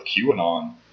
QAnon